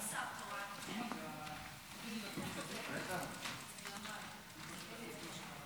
אין פה שר תורן.